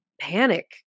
panic